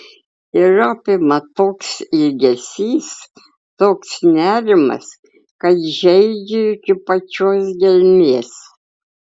ir apima toks ilgesys toks nerimas kad žeidžia iki pačios gelmės